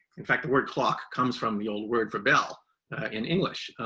in fact, the word clock comes from the old word for bell in english.